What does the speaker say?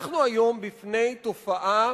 אנחנו עומדים היום בפני תופעה